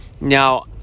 now